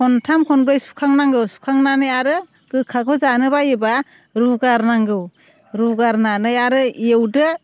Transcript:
खनथाम खनब्रै सुखांनांगौ सुखांनानै आरो गोखाखौ जानो बायोबा रुगार नांगौ रुगारनानै आरो एवदो